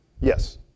Yes